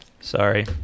Sorry